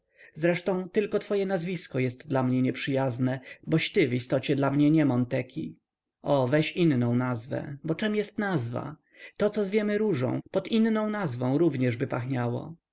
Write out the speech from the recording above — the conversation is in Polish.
zresztą tylko twoje nazwisko jest dla mnie nieprzyjazne boś ty w istocie dla mnie nie monteki o weź inną nazwę bo czem jest nazwa to co zwiemy różą pod inną nazwą równieżby